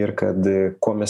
ir kad kuo mes